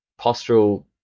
postural